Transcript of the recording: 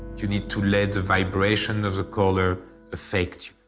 you need to let the vibration of the color affect